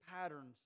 patterns